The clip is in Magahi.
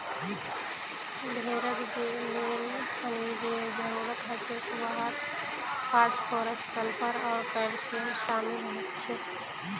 भेड़क जे मेन खनिजेर जरूरत हछेक वहात फास्फोरस सल्फर आर कैल्शियम शामिल छेक